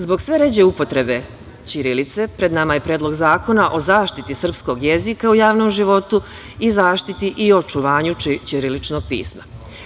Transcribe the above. Zbog sve ređe upotrebe ćirilice pred nama je Predlog zakona o zaštiti srpskog jezika u javnom životu i zaštiti i očuvanju ćiriličnog pisma.